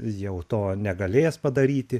jau to negalės padaryti